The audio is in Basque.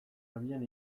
abian